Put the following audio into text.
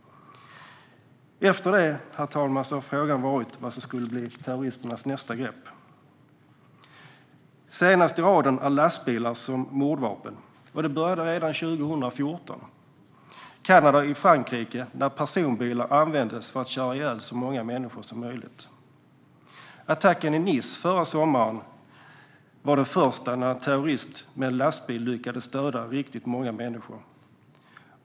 Efter det har frågan varit vad som skulle terroristernas nästa grepp. Senast i raden är lastbilar som mordvapen. Det började redan 2014 i Kanada och i Frankrike, där personbilar användes för att köra ihjäl så många människor som möjligt. Attacken i Nice förra sommaren var den första när en terrorist med en lastbil lyckades döda riktigt många människor.